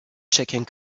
checking